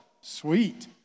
sweet